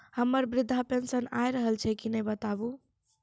हमर वृद्धा पेंशन आय रहल छै कि नैय बताबू?